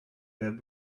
web